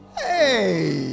hey